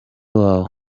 wawe